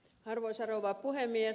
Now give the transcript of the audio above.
arvoisa rouva puhemies